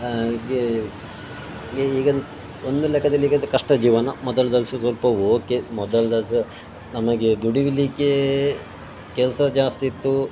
ಹಾಗೆ ಈಗ ಒಂದು ಲೆಕ್ಕದಲ್ಲಿ ಈಗಿಂದು ಕಷ್ಟ ಜೀವನ ಮೊದಲಲ್ಲು ಸಹ ಸ್ವಲ್ಪ ಓಕೆ ಮೊದಲು ಸಹ ನಮಗೆ ದುಡಿಲಿಕ್ಕೆ ಕೆಲಸ ಜಾಸ್ತಿಯಿತ್ತು